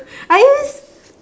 are you